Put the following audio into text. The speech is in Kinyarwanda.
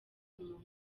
umuntu